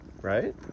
Right